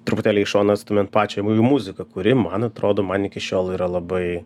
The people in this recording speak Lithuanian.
truputėlį į šoną atstumiant pačią jų muziką kuri man atrodo man iki šiol yra labai